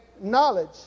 knowledge